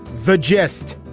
the gist.